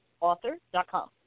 author.com